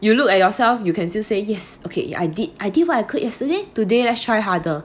you look at yourself you can still say yes okay I did I did what I could yesterday today let's try harder